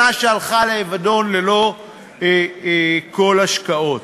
שנה שהלכה לאבדון ללא כל השקעות,